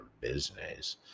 business